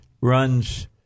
runs